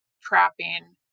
trapping